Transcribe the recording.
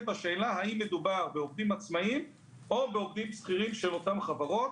בשאלה האם מדובר בעובדים עצמאים או בעובדים שכירים של אותן חברות.